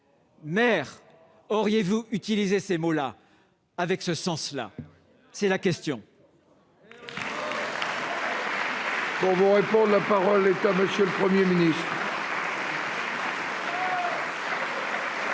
Maire, auriez-vous utilisé ces mots-là, avec ce sens-là ? Telle est ma question.